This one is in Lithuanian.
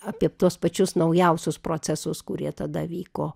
apie tuos pačius naujausius procesus kurie tada vyko